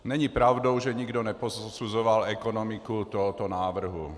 Není pravdou, že nikdo neposuzoval ekonomiku tohoto návrhu.